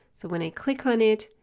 so when i click on it,